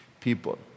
people